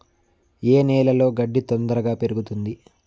ఏ నేలలో గడ్డి తొందరగా పెరుగుతుంది